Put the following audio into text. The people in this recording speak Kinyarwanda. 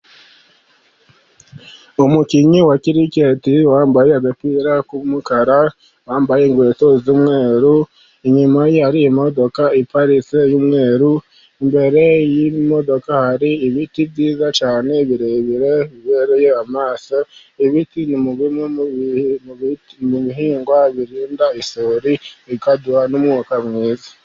umukinnyi wa kiriketi wambaye agapira k'umukara, yambaye inkweto z'umweru, inyuma hari imodoka iparitse y'umweru. Imbere y'imodoka hari ibiti byiza cyane birebire bibereye amaso, ibiti biririmo bimwe bihingwa birinda isuri bikaduha n'umwuka mwiza.